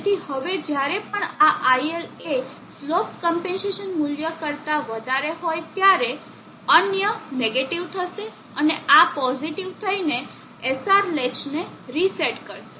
તેથી હવે જ્યારે પણ આ iL એ સ્લોપ ક્મ્પેન્સેસન મૂલ્ય કરતા વધારે હોય ત્યારે અન્ય નેગેટીવ થશે અને આ પોઝિટીવ થઈને SR લેચને રીસેટ કરશે